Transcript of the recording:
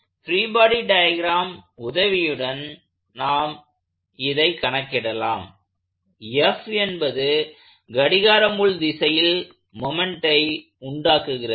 free body diagram உதவியுடன் நாம் எதை கணக்கிடலாம் F என்பது கடிகார முள் திசையில் மொமெண்ட்டை உண்டாக்குகிறது